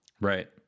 Right